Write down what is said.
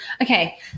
Okay